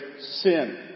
sin